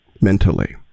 mentally